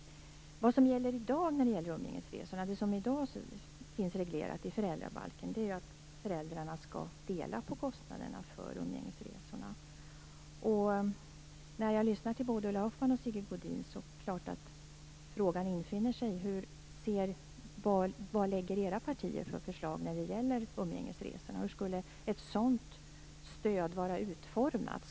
Vad som gäller i dag för umgängesresorna och finns reglerat i föräldrabalken är att föräldrarna skall dela på kostnaderna för umgängesresorna. När jag lyssnar till både Ulla Hoffmann och Sigge Godin är det klart att frågan infinner sig: Vad lägger era partier fram för förslag om umgängesresorna? Hur skulle ett sådant stöd vara utformat?